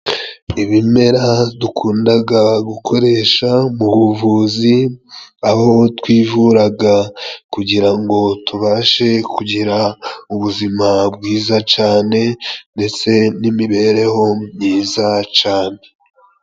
Ibimera dukundaga gukoresha mu buvuzi, aho twivuraga kugira ngo tubashe kugira ubuzima bwiza cane ndetse n'imibereho myiza cane.